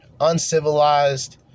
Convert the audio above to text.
uncivilized